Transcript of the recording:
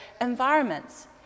environments